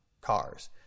cars